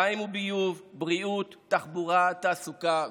מים וביוב, בריאות, תחבורה, תעסוקה ועוד.